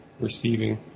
receiving